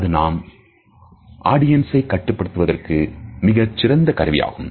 அது நாம் ஆடியன்சை கட்டுப்படுத்துவதற்கு மிகச் சிறந்த கருவியாகும்